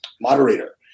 moderator